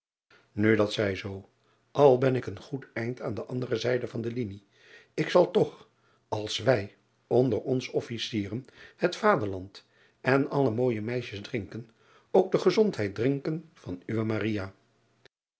u dat zij zoo l ben ik een goed eind aan de andere zijde van de linie ik zal toch als wij onder ons fficieren het aderland en alle ooije eisjes drinken ook de gezondheid drinken van uwe